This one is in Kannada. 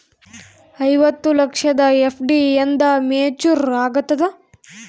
ಐವತ್ತು ಲಕ್ಷದ ಎಫ್.ಡಿ ಎಂದ ಮೇಚುರ್ ಆಗತದ?